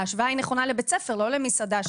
ההקבלה היא נכונה לבית ספר, לא למסעדה.